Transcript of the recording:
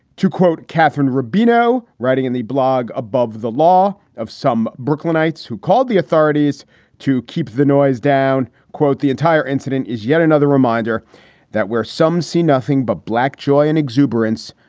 to quote catherine rubino writing in the blog above the law of some brooklynites who called the authorities to keep the noise down. quote, the entire incident is yet another reminder that where some see nothing but black joy and exuberance.